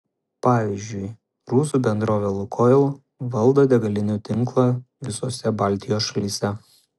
pavyzdžiui rusų bendrovė lukoil valdo degalinių tinklą visose baltijos šalyse